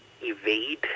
evade